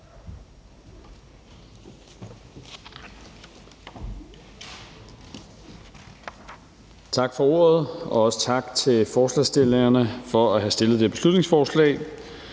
Tak for ordet. Også tak til forslagsstillerne for at have fremsat det her beslutningsforslag.